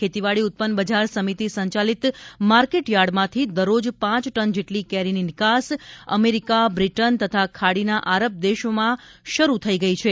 ખેતીવાડી ઉત્પન્ન બજાર સમિતિ સંચાલિત માર્કેટ યાર્ડમાંથી દરરોજ પાંચ ટન જેટલી કેરીની નિકાસ અમેરિકા બ્રિટન તથા ખાડીના આરબ દેશમાં શરૂ થઇ ગઇ છે